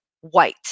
white